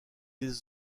des